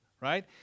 right